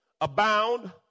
abound